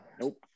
Nope